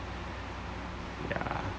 ya